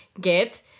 get